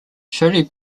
shirley